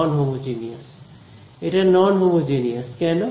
নন homogeneous এটা non homogeneous কেন